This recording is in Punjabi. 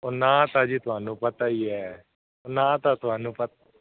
ਉਹ ਨਾਂ ਤਾਂ ਜੀ ਤੁਹਾਨੂੰ ਪਤਾ ਹੀ ਹੈ ਨਾਂ ਤਾਂ ਤੁਹਾਨੂੰ ਪਤਾ